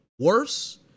Worse